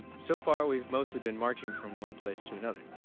so far we've mostly been marching from one place to another.